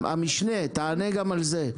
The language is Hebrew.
המשנה, תענה גם על זה.